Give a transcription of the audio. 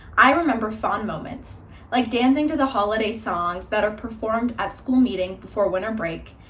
i remember fond moments like dancing to the holiday songs that are performed at school meeting before winter break,